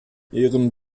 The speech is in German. ihrem